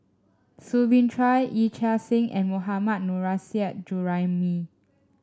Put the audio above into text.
Soo Bin Chua Yee Chia Hsing and Mohammad Nurrasyid Juraimi